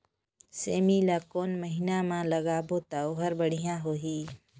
सेमी ला कोन महीना मा लगाबो ता ओहार बढ़िया होही?